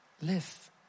Live